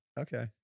Okay